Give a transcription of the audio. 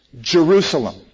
Jerusalem